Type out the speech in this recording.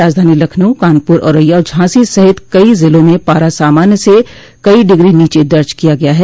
राजधानी लखनऊ कानपुर औरैया और झांसी सहित कई ज़िलों में पारा सामान्य से कई डिग्रो नीचे दर्ज किया गया है